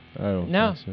No